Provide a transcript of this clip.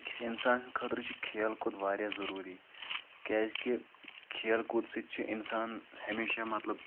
أکِس انسانہٕ سٕنٛدِ خٲطرٕ چھُ کھیل کوٗد واریاہ ضروٗری کیٛازِ کہِ کھیل کوٗد سۭتۍ چھُ انسان ہمیشہ مطلب